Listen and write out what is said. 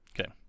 Okay